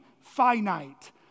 finite